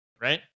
Right